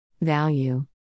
value